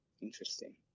Interesting